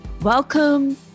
Welcome